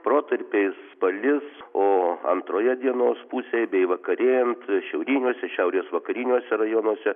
protarpiais palis o antroje dienos pusėj bei vakarėjant šiauriniuose šiaurės vakariniuose rajonuose